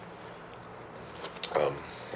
um